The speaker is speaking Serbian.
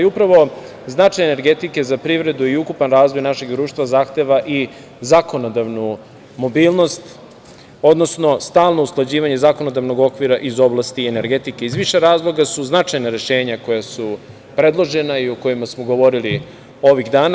Upravo značaj energetike za privredu i ukupan razvoj našeg društva zahteva i zakonodavnu mobilnost, odnosno stalno usklađivanje zakonodavnog okvira iz oblasti energetike iz više razloga, su značajna rešenja koja su predložena i o kojima smo govorili ovih dana.